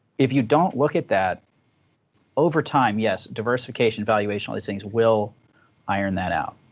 if you don't look at that over time, yes, diversification, valuation, all these things will iron that out,